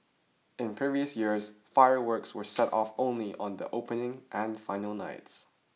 in previous years fireworks were set off only on the opening and final nights